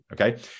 Okay